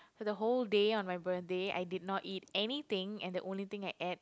for the whole day on my birthday I did not eat anything and the only thing I ate